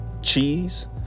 cheese